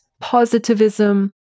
positivism